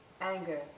anger